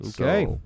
Okay